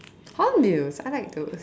hornbills I like those